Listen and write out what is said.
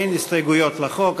אין הסתייגויות לחוק,